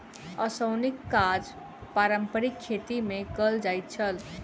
ओसौनीक काज पारंपारिक खेती मे कयल जाइत छल